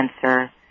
cancer